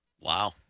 Wow